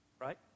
Right